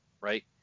right